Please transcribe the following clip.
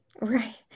Right